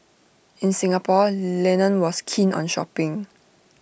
in Singapore Lennon was keen on shopping